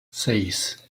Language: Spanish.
seis